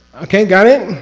okay, got it?